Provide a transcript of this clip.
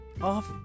off